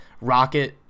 Rocket